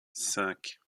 cinq